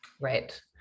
Right